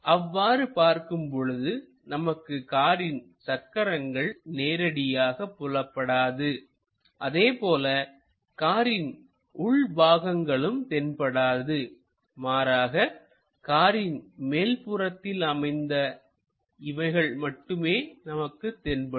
அவ்வாறு பார்க்கும் பொழுது நமக்கு காரின் சக்கரங்கள் நேரடியாக புலப்படாது அதேபோல காரின் உள் பாகங்களும் தென்படாது மாறாக காரின் மேற்புறத்தில் அமைந்த இவைகள் மட்டுமே நமக்குத் தென்படும்